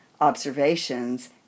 observations